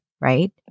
right